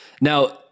Now